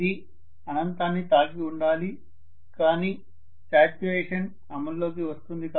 ఇది అనంతాన్ని తాకి ఉండాలి కాని శాచ్యురేషన్ అమల్లోకి వస్తుంది